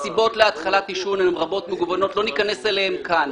הסיבות להתחלת עישון הן רבות ומגוונות לא ניכנס אליהן כאן.